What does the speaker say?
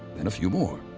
then a few more.